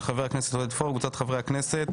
של חבר הכנסת עודד פורר וקבוצת חברי הכנסת,